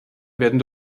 werden